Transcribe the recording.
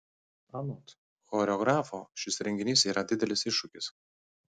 anot choreografo šis renginys yra didelis iššūkis